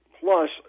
plus